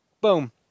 Boom